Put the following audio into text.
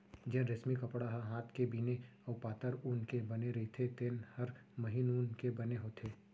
जेन रेसमी कपड़ा ह हात के बिने अउ पातर ऊन के बने रइथे तेन हर महीन ऊन के बने होथे